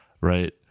right